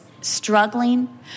struggling